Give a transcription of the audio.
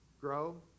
grow